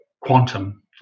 quantum